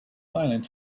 silent